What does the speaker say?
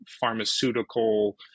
pharmaceutical